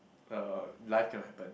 uh life cannot happen